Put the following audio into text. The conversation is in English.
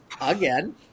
again